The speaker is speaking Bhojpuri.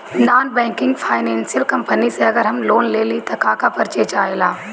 नॉन बैंकिंग फाइनेंशियल कम्पनी से अगर हम लोन लि त का का परिचय चाहे ला?